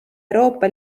euroopa